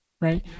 right